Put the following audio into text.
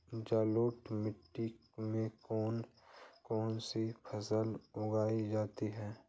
जलोढ़ मिट्टी में कौन कौन सी फसलें उगाई जाती हैं?